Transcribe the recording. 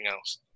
else